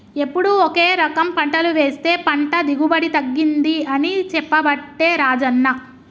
ఎప్పుడు ఒకే రకం పంటలు వేస్తె పంట దిగుబడి తగ్గింది అని చెప్పబట్టే రాజన్న